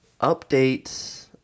updates